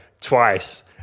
twice